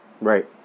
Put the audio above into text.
right